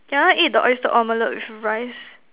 can I eat the oyster omelette with rice